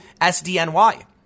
SDNY